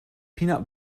peanut